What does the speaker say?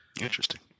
Interesting